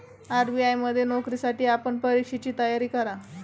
RBI मध्ये नोकरीसाठी आपण परीक्षेची तयारी करा